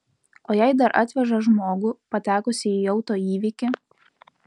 o jei dar atveža žmogų patekusį į auto įvykį